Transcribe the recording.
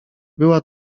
była